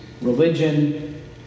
religion